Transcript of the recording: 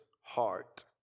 heart